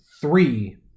three